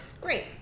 Great